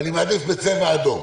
ואני מעדיף בצבע אדום.